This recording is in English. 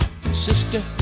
Sister